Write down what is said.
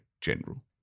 General